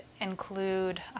include